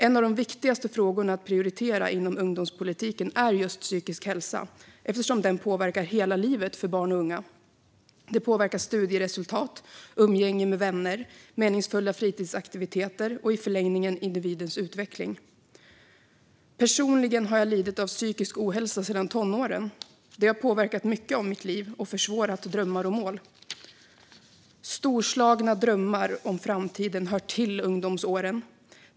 En av de viktigaste frågorna att prioritera inom ungdomspolitiken är just psykisk hälsa, eftersom den påverkar hela livet för barn och unga. Det påverkar studieresultat, umgänge med vänner, meningsfulla fritidsaktiviteter och i förlängningen individens utveckling. Personligen har jag lidit av psykisk ohälsa sedan tonåren. Det har påverkat mycket i mitt liv och försvårat drömmar och mål. Storslagna drömmar om framtiden hör till ungdomsåren.